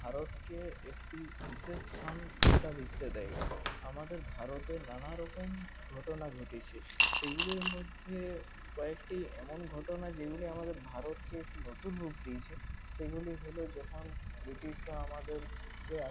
ভারতকে একটি বিশেষ স্থান গোটা বিশ্বে দেয় আমাদের ভারতে নানারকম ঘটনা ঘটেছে সেগুলির মধ্যে কয়েকটি এমন ঘটনা যেগুলি আমাদের ভারতকে একটি নতুন রূপ দিয়েছে সেগুলি হলো যখন ব্রিটিশরা আমাদেরকে